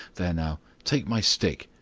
there now, take my stick,